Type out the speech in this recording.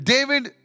David